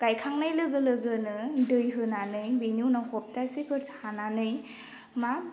गायखांनाय लोगो लोगोनो दै होनानै बेनि उनाव सप्तासेफोर थानानै मा